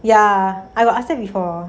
ya I was asked before